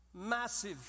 massive